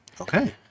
Okay